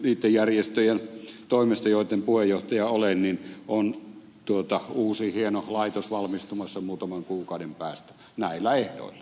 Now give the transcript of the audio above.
niitten järjestöjen toimesta joitten puheenjohtaja olen on uusi hieno laitos valmistumassa muutaman kuukauden päästä näillä ehdoilla